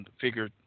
figure